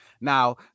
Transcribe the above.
Now